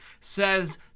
says